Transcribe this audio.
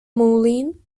moulin